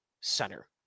center